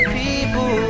people